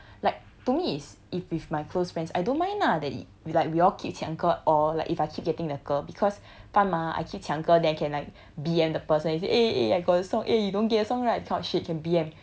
like to me is if with my close friends I don't mind lah that we like we all keep 抢歌 or like if I keep getting the 歌 because fun mah I keep 抢歌 then can like B_M the person and say eh eh eh I got the song eh you don't get the song right that kind of shit can B_M